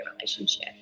relationship